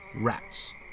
rats